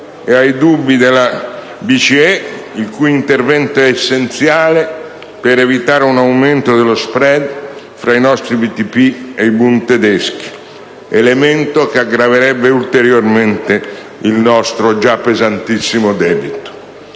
europea, il cui intervento è essenziale per evitare un aumento dello *spread* fra i nostri BTP e i *Bund* tedeschi: elemento, questo, che aggraverebbe ulteriormente il nostro già pesantissimo debito.